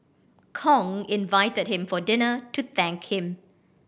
Kong invited him for dinner to thank him